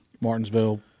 Martinsville